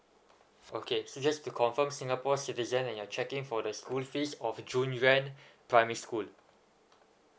okay so just to confirm singapore citizen and you're checking for the school fees of junyuan primary school